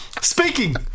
Speaking